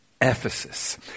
Ephesus